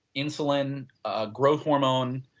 insulin, ah growth hormone,